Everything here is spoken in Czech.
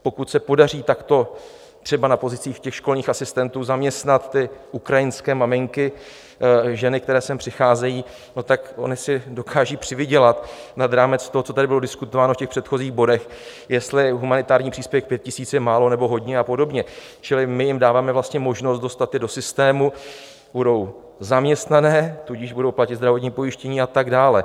Pokud se podaří takto třeba na pozicích těch školních asistentů zaměstnat ty ukrajinské maminky, ženy, které sem přicházejí, tak ony si dokážou přivydělat nad rámec toho, co tady bylo diskutováno v těch předchozích bodech, jestli humanitární příspěvek 5 000 je málo, nebo hodně, a podobně, čili my jim dáváme vlastně možnost dostat je do systému, budou zaměstnané, tudíž budou platit zdravotní pojištění a tak dále.